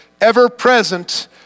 ever-present